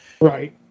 Right